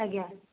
ଆଜ୍ଞା